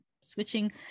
switching